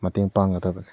ꯃꯇꯦꯡ ꯄꯥꯡꯒꯗꯕꯅꯤ